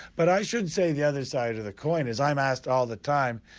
but i should say the other side of the coin is, i'm asked all the time,